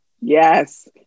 Yes